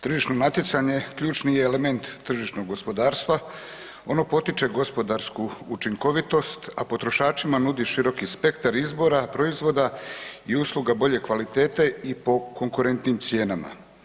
Tržišno natjecanje ključni je element tržišnog gospodarstva, ono potiče gospodarsku učinkovitost, a potrošačima nudi široki spektar izbora, proizvoda i usluga bolje kvalitete i po konkurentnijim cijenama.